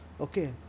Okay